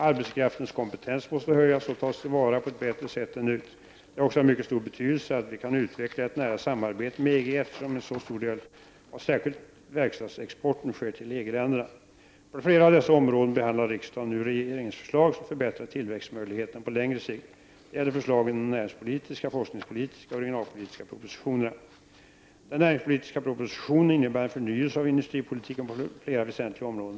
Arbetskraftens kompetens måste höjas och tas till vara på ett bättre sätt än nu. Det är också av mycket stor betydelse att vi kan utveckla ett nära samarbete med EG, eftersom en så stor del av särskilt verkstadsexporten sker till EG-länderna. På flera av dessa områden behandlar riksdagen nu regeringsförslag som förbättrar tillväxtmöjligheterna på längre sikt. Det gäller förslagen i de näringspolitiska, forskningspolitiska och regionalpolitiska propositionerna. Den näringspolitiska propositionen innebär en förnyelse av industripolitiken på flera väsentliga områden.